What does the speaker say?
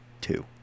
Two